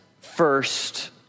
first